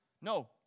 No